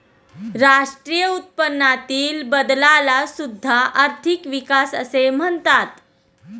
राष्ट्रीय उत्पन्नातील बदलाला सुद्धा आर्थिक विकास असे म्हणतात